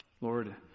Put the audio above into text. Lord